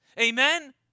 Amen